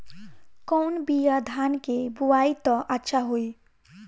कौन बिया धान के बोआई त अच्छा होई?